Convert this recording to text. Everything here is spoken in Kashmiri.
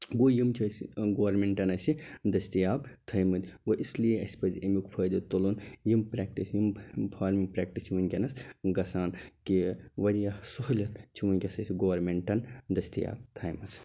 گوٚو یم چھِ اسہِ ٲں گورمِنٹن اسہِ دستیاب تھٲیمتۍ گوٚو اس لیے اسہِ پَزِ امیٛک فٲیدٕ تُلُن یم پرٛیٚکٹس یم فارمِنٛگ پریٚکٹس چھِ وُنٛکیٚس گَژھان کہ واریاہ سہولیت چھِ وُنٛکیٚس اسہِ گورمنٹَن دستیاب تھایمَژٕ